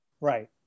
Right